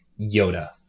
Yoda